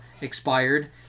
expired